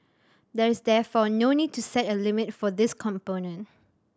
there is therefore no need to set a limit for this component